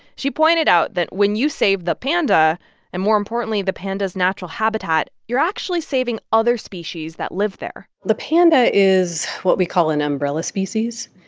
she pointed out that when you save the panda and, more importantly, the panda's natural habitat, you're actually saving other species that live there the panda is what we call an umbrella species.